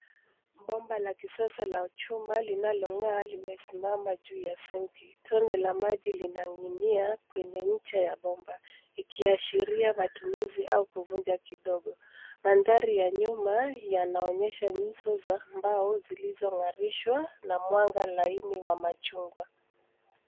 Bomba la kisasa la chuma linalong'aa, limesimama juu ya senki. Tone la maji linaning'inia, kwenye ncha ya bomba. Ikiashiria matumizi au kuvunja kidogo. Mandhari ya nyuma, yanaonyesha nyuso za mbao zilizong'arishwa, na mwanga laini wa machungwa.